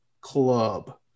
club